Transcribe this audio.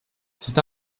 c’est